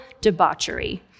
debauchery